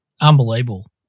Unbelievable